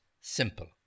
simple